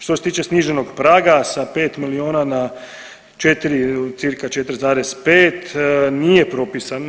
Što se tiče sniženog praga sa pet milijuna na 4, cirka 4,5 nije propisan.